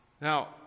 Now